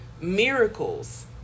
miracles